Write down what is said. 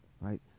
Right